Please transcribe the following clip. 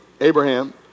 Abraham